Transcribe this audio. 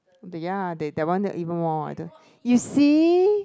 the ya they that one the even more you see